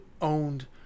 owned